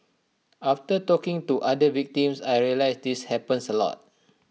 after talking to other victims I realised this happens A lot